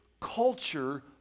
culture